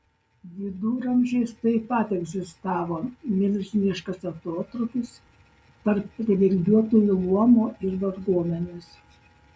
viduramžiais taip pat egzistavo milžiniškas atotrūkis tarp privilegijuotųjų luomo ir varguomenės